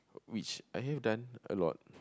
which I have done a lot